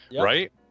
right